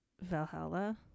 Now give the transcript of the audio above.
Valhalla